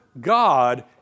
God